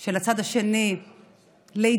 של הצד השני להתבטא,